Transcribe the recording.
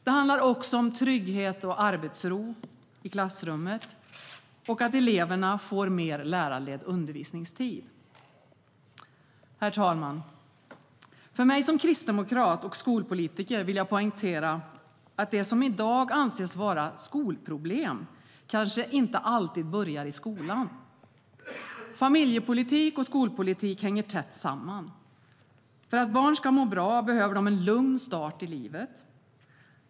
Det handlar också om trygghet och arbetsro i klassrummet och att eleverna får mer lärarledd undervisningstid. Herr talman! Som kristdemokrat och skolpolitiker vill jag poängtera att det som i dag anses vara skolproblem kanske inte alltid börjar i skolan. Familjepolitik och skolpolitik hänger tätt samman. För att barn ska må bra behöver de en lugn start i livet.